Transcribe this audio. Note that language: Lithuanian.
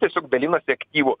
tiesiog dalinasi aktyvu